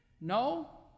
No